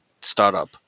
startup